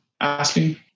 asking